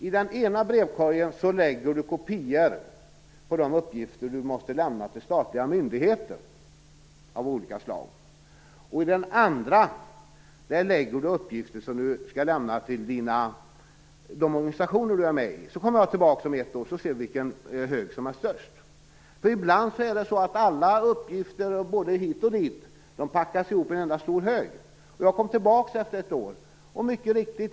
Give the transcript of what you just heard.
I den ena lägger du kopior på de uppgifter du måste lämna till statliga myndigheter av olika slag. I den andra lägger du uppgifter till de organisationer du är med i. När jag sedan kommer tillbaka om ett år ser vi vilken hög som är störst. Ibland är det ju så att alla uppgifter, både hit och dit, packas ihop i en enda stor hög. Jag kom tillbaka efter ett år, och mycket riktigt.